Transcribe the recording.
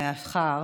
מאחר